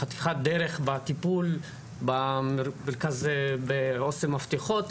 חתיכת דרך בטיפול בהוסטל מפתחות,